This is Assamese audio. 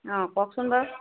অ কওকচোন বাৰু